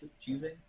choosing